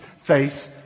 face